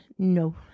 no